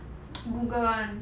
google [one]